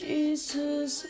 Jesus